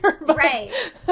Right